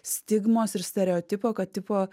stigmos ir stereotipo kad tipo